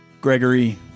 gregory